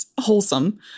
wholesome